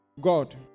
God